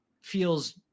feels